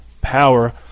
power